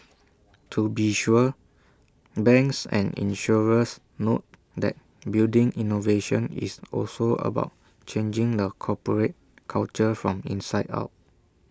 to be sure banks and insurers note that building innovation is also about changing the corporate culture from inside out